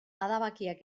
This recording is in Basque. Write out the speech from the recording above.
adabakiak